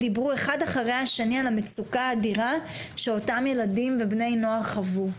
דיברו אחד אחרי השני על המצוקה האדירה שאותם ילדים ובני נוער חוו,